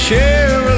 share